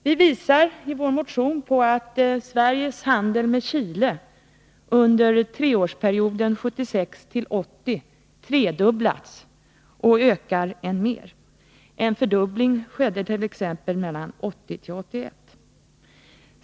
Vi visar i vår motion på att Sveriges handel med Chile under treårsperioden 1976-1980 har tredubblats och ökar än mer. En fördubbling skedde t.ex. mellan 1980 och 1981.